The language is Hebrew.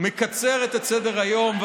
מקצרת את סדר-היום,